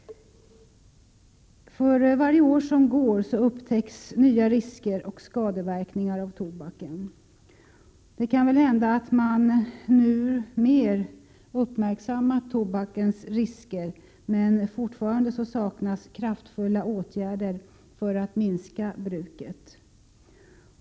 För varje år som går upptäcks nya risker och skadeverkningar av tobaken. Det kan väl hända att man nu mer uppmärksammat tobakens risker, men fortfarande saknas kraftfulla åtgärder för att minska bruket.